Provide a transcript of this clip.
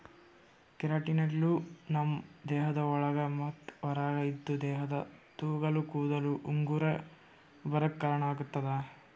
ಕೆರಾಟಿನ್ಗಳು ನಮ್ಮ್ ದೇಹದ ಒಳಗ ಮತ್ತ್ ಹೊರಗ ಇದ್ದು ದೇಹದ ತೊಗಲ ಕೂದಲ ಉಗುರ ಬರಾಕ್ ಕಾರಣಾಗತದ